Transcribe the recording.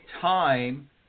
time